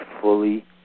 fully